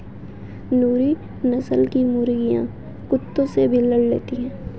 नूरी नस्ल की मुर्गी कुत्तों से भी लड़ लेती है